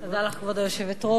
גברתי היושבת-ראש,